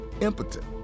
impotent